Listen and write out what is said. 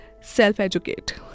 self-educate